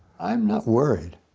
i'm not worried.